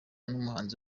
n’umuhanzi